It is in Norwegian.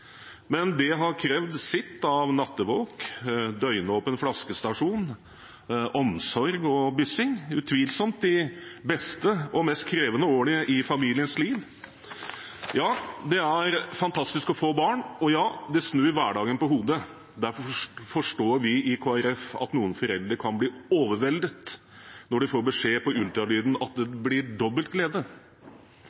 men det har krevd sitt av nattevåk, døgnåpen flaskestasjon, omsorg og byssing – utvilsomt de beste og mest krevende årene i familiens liv. Ja, det er fantastisk å få barn – og ja, det snur hverdagen på hodet. Derfor forstår vi i Kristelig Folkeparti at noen foreldre kan bli overveldet når de får beskjed på ultralyden om at det